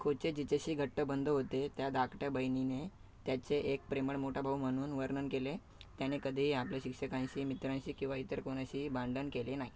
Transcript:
खोचे जिच्याशी घट्ट बंध होते त्या धाकट्या बहिणीने त्याचे एक प्रेमळ मोठा भाऊ म्हणून वर्णन केले त्याने कधीही आपल्या शिक्षकांशी मित्रांशी किंवा इतर कोणाशी भांडण केले नाही